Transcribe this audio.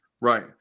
Right